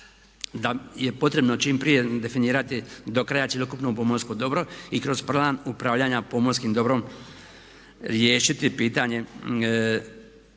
da je potrebno čim prije definirati do kraja cjelokupno pomorsko dobro i kroz plan upravljanja pomorskim dobrom riješiti pitanje